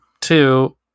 two